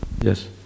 Yes